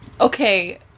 Okay